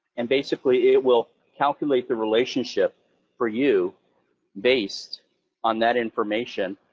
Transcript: and basically, it will calculate the relationship for you based on that information,